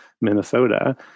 Minnesota